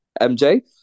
MJ